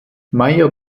meyer